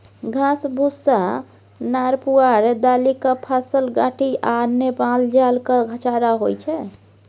घास, भुस्सा, नार पुआर, दालिक फसल, घाठि आ अन्न मालजालक चारा होइ छै